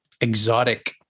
exotic